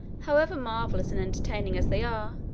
however, marvelous and entertaining as they are,